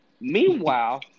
Meanwhile